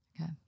Okay